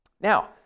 Now